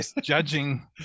judging